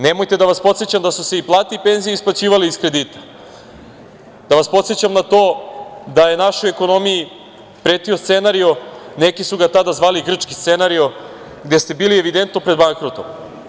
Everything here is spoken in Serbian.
Nemojte da vas podsećam da su se i plate i penzije isplaćivale iz kredita, da vas podsećam na to da je našoj ekonomiji pretio scenario, neki su ga tada zvali grčki scenario, gde ste bili evidentno pred bankrotom.